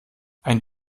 ein